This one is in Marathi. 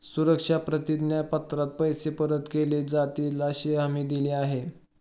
सुरक्षा प्रतिज्ञा पत्रात पैसे परत केले जातीलअशी हमी दिली आहे